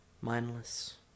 mindless